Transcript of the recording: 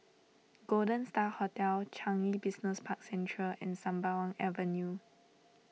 Golden Star Hotel Changi Business Park Central and Sembawang Avenue